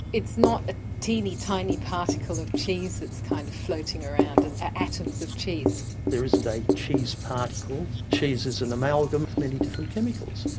it's a teeny tiny particle of cheese that's kind of floating around, atoms of cheese? there isn't a cheese particle. cheese is an amalgam of many different chemicals,